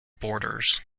borders